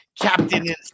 Captain